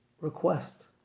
request